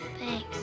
Thanks